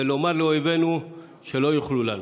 ולומר לאויבינו שלא יוכלו לנו.